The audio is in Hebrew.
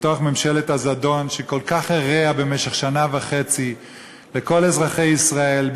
בתוך ממשלת הזדון שכל כך הרעה במשך שנה וחצי לכל אזרחי ישראל,